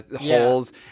holes